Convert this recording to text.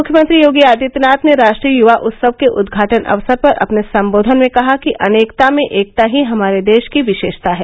मुख्यमंत्री योगी आदित्यनाथ ने राष्ट्रीय युवा उत्सव के उद्घाटन अवसर पर अपने संबोधन में कहा कि अनेकता में एकता ही हमारे देश की विशेषता है